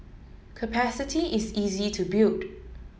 capacity is easy to build